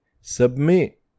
submit